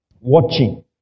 watching